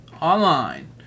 Online